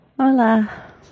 Hola